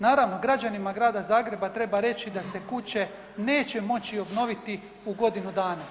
Naravno građanima Grada Zagreba treba reći da se kuće neće moći obnoviti u godinu dana.